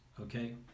Okay